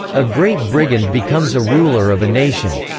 a great brigand becomes a ruler of a nation.